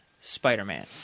Spider-Man